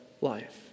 life